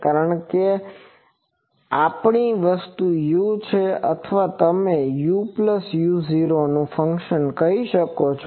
કારણ કે આપણી વસ્તુ u છે અથવા તમે uu0 નું ફંક્શન કહી શકો છો